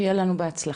שיהיה לנו בהצלחה.